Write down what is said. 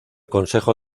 consejo